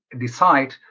decide